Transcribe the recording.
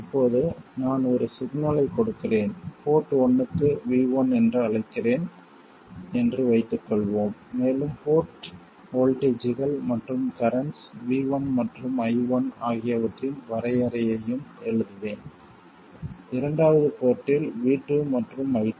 இப்போது நான் ஒரு சிக்னலை கொடுக்கிறேன் போர்ட் 1 க்கு v1 என்று அழைக்கிறேன் என்று வைத்துக்கொள்வோம் மேலும் போர்ட் வோல்டேஜ்கள் மற்றும் கரண்ட்ஸ் v1 மற்றும் i1 ஆகியவற்றின் வரையறையையும் எழுதுவேன் இரண்டாவது போர்ட்டில் v2 மற்றும் i2